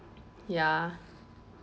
ya